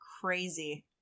crazy